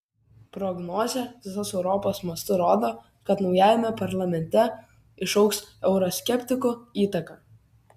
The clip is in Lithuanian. prognozė visos europos mastu rodo kad naujajame parlamente išaugs euroskeptikų įtaka